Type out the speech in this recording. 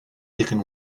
taken